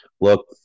Look